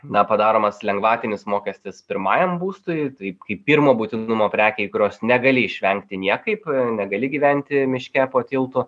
na padaromas lengvatinis mokestis pirmajam būstui taip kaip pirmo būtinumo prekei kurios negali išvengti niekaip negali gyventi miške po tiltu